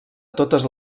totes